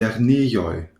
lernejoj